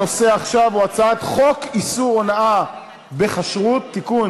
הנושא עכשיו הוא הצעת חוק איסור הונאה בכשרות (תיקון,